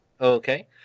Okay